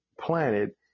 planet